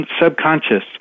subconscious